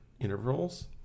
intervals